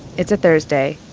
it's a thursday,